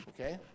okay